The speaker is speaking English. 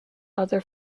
other